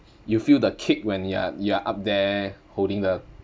you feel the kick when you are you are up there holding the